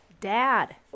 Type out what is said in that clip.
Dad